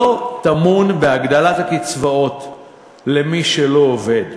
לא טמון בהגדלת הקצבאות למי שלא עובד,